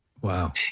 Wow